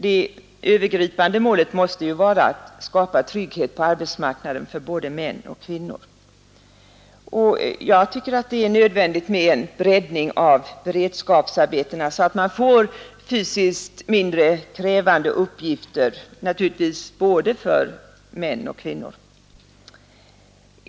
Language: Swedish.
Det övergripande målet måste ju vara att skapa trygghet på arbetsmarknaden för både män och kvinnor. Jag anser det nödvändigt med en breddning av beredskapsarbetena så att man får fysiskt mindre krävande uppgifter både för män och för kvinnor.